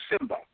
Simba